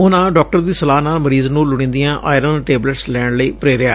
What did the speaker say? ਉਨ੍ਹਾ ਡਾਕਟਰ ਦੀ ਸਲਾਹ ਨਾਲ ਮਰੀਜ਼ ਨੂੰ ਲੁੜੀਂਦੀਆਂ ਆਇਰਨ ਟੈਬਲੇਟਸ ਲੈਣ ਲਈ ਪ੍ਰੇਰਿਆ